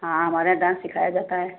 हाँ हमारे यहाँ डांस सिखाया जाता है